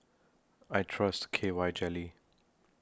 I Trust K Y Jelly